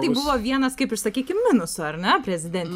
tai buvo vienas kaip ir sakykim minusų ar ne preziden